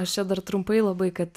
aš čia dar trumpai labai kad